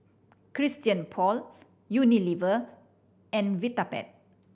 Christian Paul Unilever and Vitapet